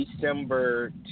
December